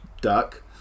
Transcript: Duck